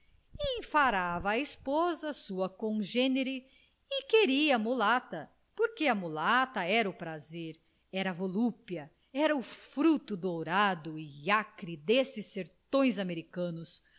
enfarava a esposa sua congênere e queria a mulata porque a mulata era o prazer era a volúpia era o fruto dourado e acre destes sertões americanos